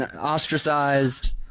Ostracized